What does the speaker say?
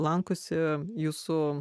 lankosi jūsų